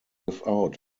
without